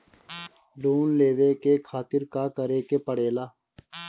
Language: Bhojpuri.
लोन लेवे के खातिर का करे के पड़ेला?